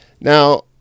Now